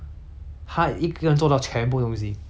我进去是帮忙他 lah like you know 减